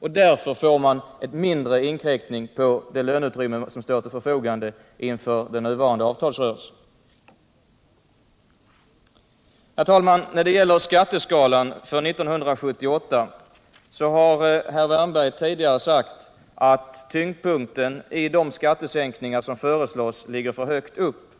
Därmed inkräktar man mindre på det löneutrymme som står till förfogande inför den kommande avtalsrörelsen. Herr talman! När det gäller skatteskalan för 1978 har herr Wärnberg tidigare sagt att tyngdpunkten i de skattesänkningar som föreslås ligger för högt upp